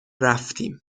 رفتیم